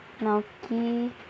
Noki